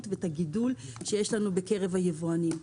ואת הגידול שיש לנו בקרב היבואנים.